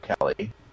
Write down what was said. Kelly